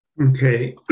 Okay